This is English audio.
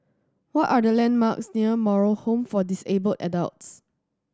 what are the landmarks near Moral Home for Disabled Adults